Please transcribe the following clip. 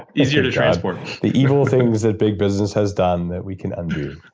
easier to transport the evil things that big business has done that we can undo.